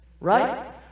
right